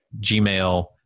Gmail